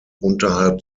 unterhalb